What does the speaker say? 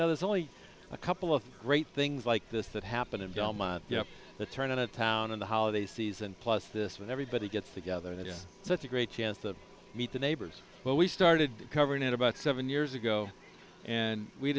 know there's only a couple of great things like this that happen and don't you know the turn on a town in the holiday season plus this when everybody gets together and it is such a great chance to meet the neighbors but we started covering it about seven years ago and we